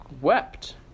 wept